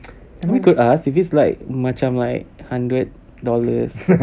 I mean we could ask if it's like macam like hundred dollars